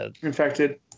infected